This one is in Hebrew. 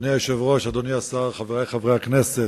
ועוד הערה אחת,